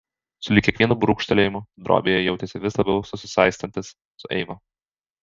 sulig kiekvienu brūkštelėjimu drobėje jautėsi vis labiau susisaistantis su eiva